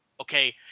Okay